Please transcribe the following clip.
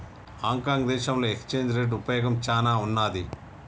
Hong Kong దేశంలో exchange rate ఉపయోగం చానా ఉన్నాది